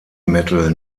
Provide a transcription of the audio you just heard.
metal